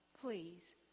please